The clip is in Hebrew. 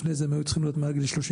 לפני זה הם היו צריכים להיות מעל גיל 35,